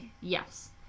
yes